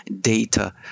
data